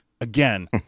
again